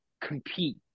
compete